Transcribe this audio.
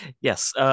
Yes